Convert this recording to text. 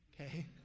okay